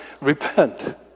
Repent